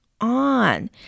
on